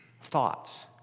thoughts